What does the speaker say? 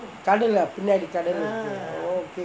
கடலா பின்னாடி கடல் இருக்கு:kadalaa pinnadi kadal irukku oh okay